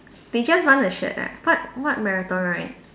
they just want the shirt ah what what marathon run